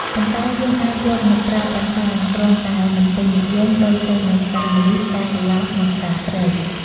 ប៉ុន្តែយើងអាចយកមកប្រើប្រាស់បាន គ្រាន់តែមិនពេញនិយមដូចទៅនឹងផ្កាម្លិះ ផ្កាកុលាប និងផ្កាព្រៃ។